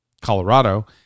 Colorado